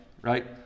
Right